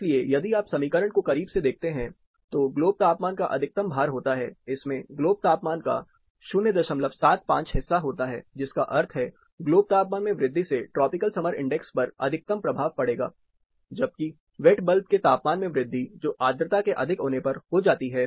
इसलिए यदि आप समीकरण को करीब से देखते हैं तो ग्लोब तापमान का अधिकतम भार होता है इसमें ग्लोब तापमान का 075 हिस्सा होता है जिसका अर्थ है ग्लोब तापमान में वृद्धि से ट्रॉपिकल समर इंडेक्स पर अधिकतम प्रभाव पड़ेगा जबकि वेट बल्ब के तापमान में वृद्धि जो आर्द्रता के अधिक होने पर हो जाती है